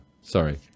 Sorry